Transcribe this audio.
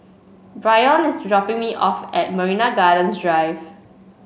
Bryon is dropping me off at Marina Gardens Drive